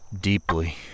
deeply